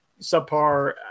subpar